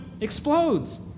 explodes